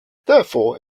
therefore